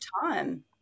time